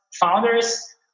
founders